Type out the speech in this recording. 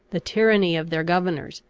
the tyranny of their governors,